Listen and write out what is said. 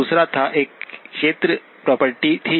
दूसरा था एक क्षेत्र प्रॉपर्टी थी